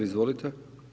Izvolite.